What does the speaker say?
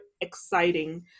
exciting